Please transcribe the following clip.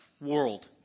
world